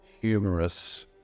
humorous